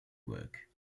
work